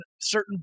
certain